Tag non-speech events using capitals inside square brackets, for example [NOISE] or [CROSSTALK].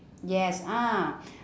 yes ah [BREATH]